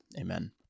Amen